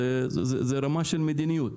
זו רמה של מדיניות.